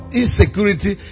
insecurity